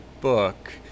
book